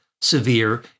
severe